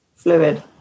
Fluid